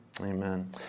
Amen